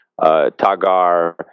tagar